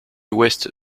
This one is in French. ouest